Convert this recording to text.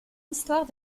histoire